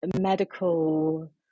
medical